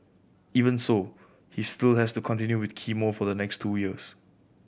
even so he still has to continue with chemo for the next two years